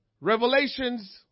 Revelations